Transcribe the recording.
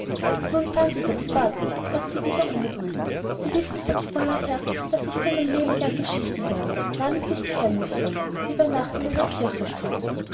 erzählte nun fahren sie doch fort sagte ida ungeduldig sie wissen von früher her daß ich für mein leben gerne geschichten höre namentlich geheimnisvolle die bei nacht in einer kirche spielen